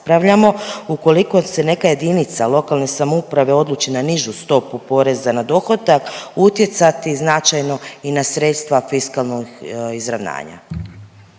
raspravljamo ukoliko se neka jedinica lokalne samouprave odluči na nižu stopu poreza na dohodak utjecati značajno i na sredstva fiskalnog izravnanja?